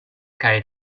carried